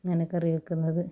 അങ്ങനെ കറി വെക്കുന്നത്